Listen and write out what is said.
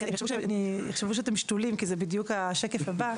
זה בדיוק השקף הבא.